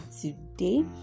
today